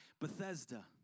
Bethesda